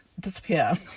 disappear